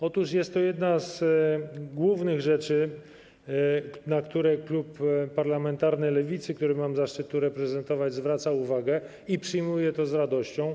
Otóż jest to jedna z głównych kwestii, na które klub parlamentarny Lewicy, który mam zaszczyt tu reprezentować, zwraca uwagę i które przyjmuje z radością.